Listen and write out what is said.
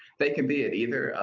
they can be at either.